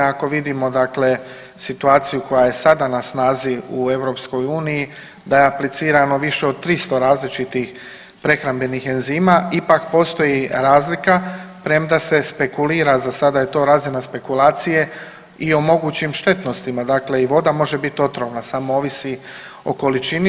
Ako vidimo dakle situaciju koja je sada na snazi u EU da je aplicirano više od 300 različitih prehrambenih enzima ipak postoji razlika premda se spekulira, za sada je to razina spekulacije i o mogućim štetnostima, dakle i voda može bit otvorna samo ovisi o količini.